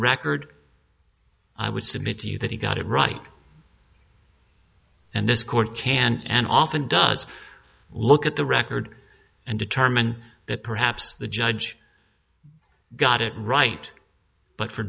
record i would submit to you that he got it right and this court can and often does look at the record and determine that perhaps the judge got it right but for